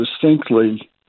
distinctly